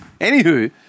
Anywho